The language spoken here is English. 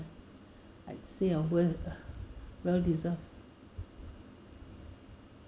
I'd say a well uh well deserved